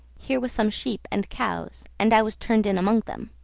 here were some sheep and cows, and i was turned in among them.